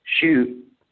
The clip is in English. shoot